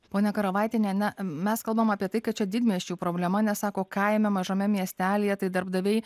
ponia karavaitiene ne mes kalbame apie tai kad čia didmiesčių problema nes sako kaime mažame miestelyje tai darbdaviai